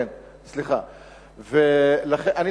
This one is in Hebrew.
בוא לא נגיד 20% 18%. אפילו יותר.